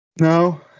No